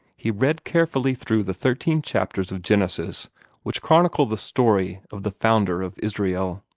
he read carefully through the thirteen chapters of genesis which chronicle the story of the founder of israel.